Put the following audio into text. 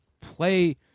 play